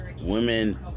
Women